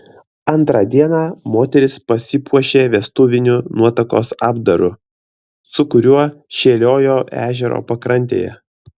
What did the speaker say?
antrą dieną moteris pasipuošė vestuviniu nuotakos apdaru su kuriuo šėliojo ežero pakrantėje